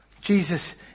Jesus